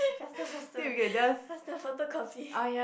faster faster faster photocopy